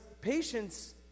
patience